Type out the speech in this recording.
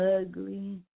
ugly